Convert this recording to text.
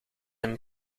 een